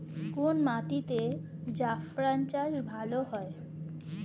কোন মাটিতে জাফরান চাষ ভালো হয়?